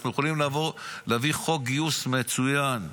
ואנחנו יכולים להביא חוק גיוס מצוין.